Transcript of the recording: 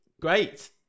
Great